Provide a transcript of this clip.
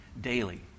daily